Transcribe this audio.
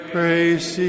Praise